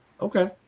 Okay